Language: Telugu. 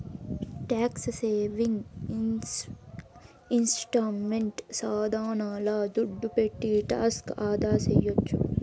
ట్యాక్స్ సేవింగ్ ఇన్వెస్ట్మెంట్ సాధనాల దుడ్డు పెట్టి టాక్స్ ఆదాసేయొచ్చు